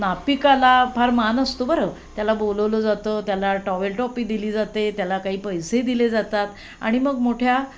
नापिताला फार मान असतो बरं त्याला बोलवलं जातं त्याला टॉवेल टोपी दिली जाते त्याला काही पैसेही दिले जातात आणि मग मोठ्या